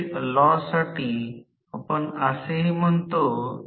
तर हे 1500 RMP असेल की जर इंडक्शन मशीन असेल तर ते P P किंवा 3 पोल 4 पोल मशीन असतील